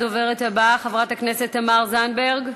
הדוברת הבאה, חברת הכנסת תמר זנדברג,